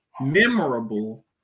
memorable